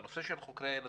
בנושא של חוקרי הילדים,